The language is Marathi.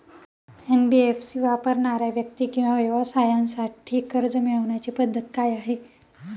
एन.बी.एफ.सी वापरणाऱ्या व्यक्ती किंवा व्यवसायांसाठी कर्ज मिळविण्याची पद्धत काय आहे?